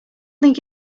think